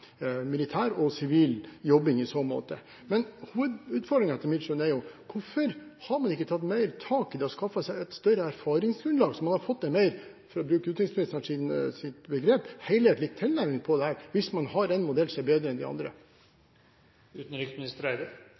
militær og sivil jobbing i så måte. Utfordringen etter mitt skjønn er: Hvorfor har man ikke tatt mer tak i det og skaffet seg et større erfaringsgrunnlag, så man hadde fått en mer – for å bruke utenriksministerens begrep – helhetlig tilnærming på dette, hvis man har en modell som er bedre enn de andre?